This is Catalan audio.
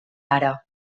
ara